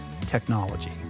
technology